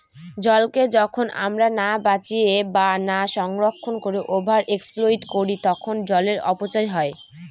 জলকে যখন আমরা না বাঁচিয়ে বা না সংরক্ষণ করে ওভার এক্সপ্লইট করি তখন জলের অপচয় হয়